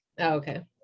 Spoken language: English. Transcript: okay